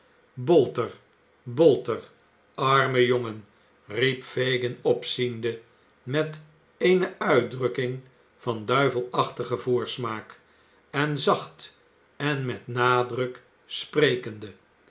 bolter bolter arme jongen riep fagin opziende met eene uitdrukking van duivelachtigen voorsmaak en zacht en met nadruk sprekende